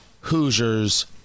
Hoosiers